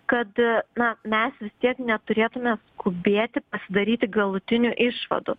kad na mes vis tiek neturėtume skubėti pasidaryti galutinių išvadų